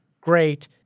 great